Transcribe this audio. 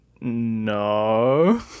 No